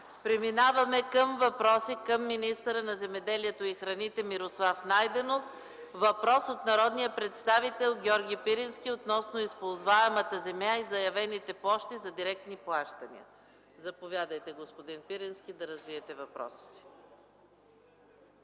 Преминаваме към въпроси към министъра на земеделието и храните Мирослав Найденов. Въпрос от народния представител Георги Пирински относно използваемата земя и заявените площи за директни плащания. Заповядайте, господин Пирински, да развиете въпроса.